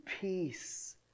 peace